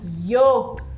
Yo